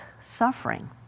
suffering